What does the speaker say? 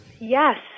Yes